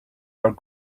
are